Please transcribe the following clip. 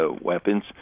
weapons